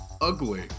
ugly